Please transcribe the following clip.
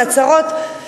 הצהרות,